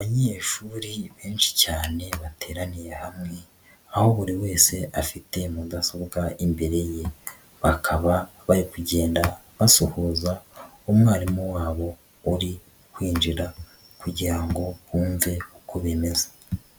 Abanyeshuri benshi cyane bateraniye hamwe aho buri wese afite mudasobwa imbere ye, bakaba bari kugenda basuza umwarimu wabo uri kwinjira kugira ngo bumve uko bimeze.